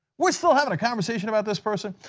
we're still having a conversation about this person?